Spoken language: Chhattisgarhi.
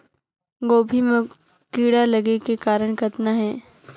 गोभी म कीड़ा लगे के कारण कतना हे?